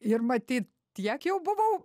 ir maty tiek jau buvau